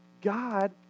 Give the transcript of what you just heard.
God